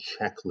checklist